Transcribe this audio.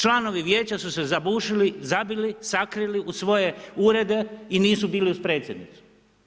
Članovi Vijeća su se zabušili, zabili, sakrili u svoje urede i nisu bili uz predsjednicu.